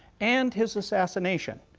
and his assassination.